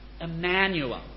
Emmanuel